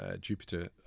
Jupiter